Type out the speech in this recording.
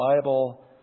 Bible